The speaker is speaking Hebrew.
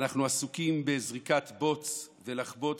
אנחנו עסוקים בזריקת בוץ ובלחבוט,